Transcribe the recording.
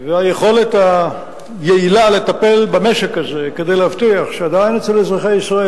והיכולת היעילה לטפל במשק הזה כדי להבטיח שעדיין אצל אזרחי ישראל,